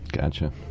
gotcha